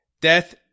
death